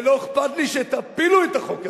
ולא אכפת לי שתפילו את החוק הזה,